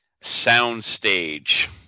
Soundstage